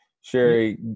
Sherry